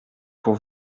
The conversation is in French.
pour